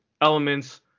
elements